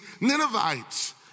Ninevites